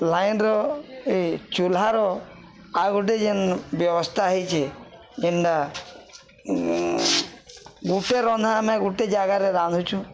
ଲାଇନ୍ର ଏଇ ଚୁହ୍ଲାର ଆଉ ଗୋଟେ ଯେନ୍ ବ୍ୟବସ୍ଥା ହେଇଚେ ଯେନ୍ତା ଗୁଟେ ରନ୍ଧା ଆମେ ଗୋଟେ ଜାଗାରେ ରାନ୍ଧୁଛୁ